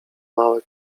mały